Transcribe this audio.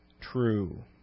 true